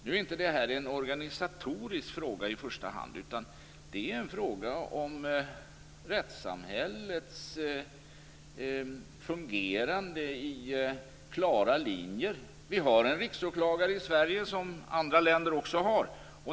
Nu är inte det här en organisatorisk fråga i första hand, utan det är en fråga om rättssamhällets fungerande i klara linjer. Vi har en riksåklagare i Sverige, precis som andra länder också har.